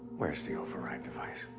where's the override device?